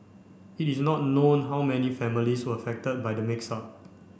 it is not known how many families were affected by the mix up